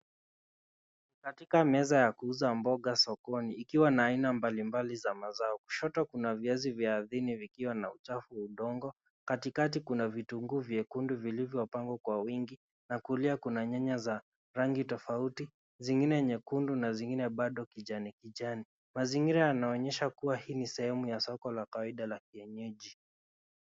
Katika meza ya kuuza mboga sokoni ikiwa na aina mbalimbali za mazao, kushoto kuna viazi vya ardhini vikiwa na uchafu udongo. Katikati kuna vitunguu vyekundu vilivyo pangwa kwa wingi, na kulia kuna nyanya za rangi tofauti, zingine nyekundu na zingine bado kijani kijani. Mazingira yanaonyesha kuwa hii ni sehemu ya soko la kawaida la kienyeji.